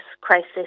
crisis